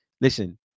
Listen